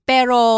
Pero